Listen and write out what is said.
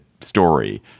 story